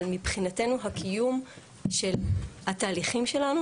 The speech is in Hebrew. אבל מבחינתנו הקיום של התהליכים שלנו,